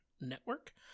network